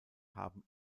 haben